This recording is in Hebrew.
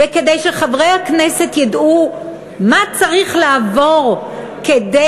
כדי שחברי הכנסת ידעו מה צריך לעבור כדי